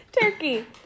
Turkey